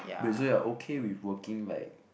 but so you are okay with working like